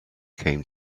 came